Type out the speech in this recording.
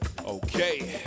okay